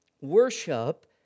Worship